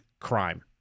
crime